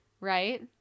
Right